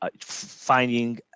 finding